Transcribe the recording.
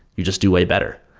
you just do way better.